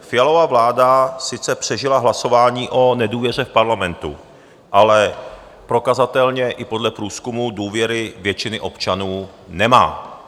Fialova vláda sice přežila hlasování o nedůvěře v Parlamentu, ale prokazatelně i podle průzkumů důvěru většiny občanů nemá.